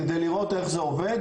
כדי לראות איך זה עובד,